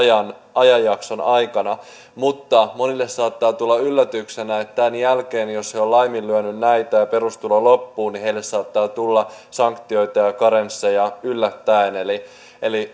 ajanjakson aikana mutta monille saattaa tulla yllätyksenä että tämän jälkeen jos he ovat laiminlyöneet näitä ja perustulo loppuu heille saattaa tulla sanktioita ja karensseja yllättäen eli eli